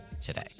today